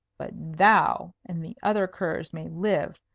but thou and the other curs may live,